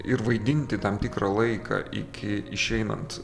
ir vaidinti tam tikrą laiką iki išeinant